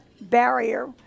barrier